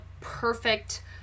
perfect